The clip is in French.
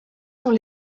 sont